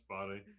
funny